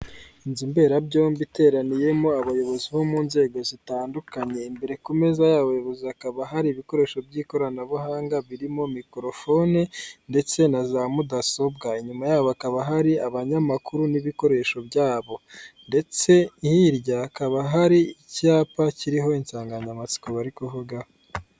Inzu mberabyombi iteraniyemo abayobozi bo mu nzego zitandukanye. Imbere ku meza y'abayobozi hakaba hari ibikoresho by'ikoranabuhanga birimo mikorofone ndetse na za mudasobwa. Inyuma yabo hakaba hari abanyamakuru n'ibikoresho byabo ndetse hirya hakaba hari icyapa kiriho insanganyamatsiko bari kuvuga.